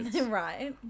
Right